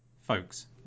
folks